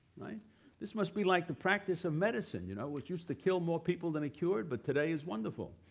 this must be like the practice of medicine, you know, which used to kill more people than it cured but today is wonderful.